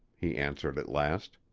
he answered at last.